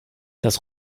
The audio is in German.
das